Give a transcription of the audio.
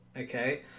okay